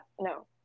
no